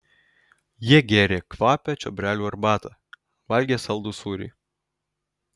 jie gėrė kvapią čiobrelių arbatą valgė saldų sūrį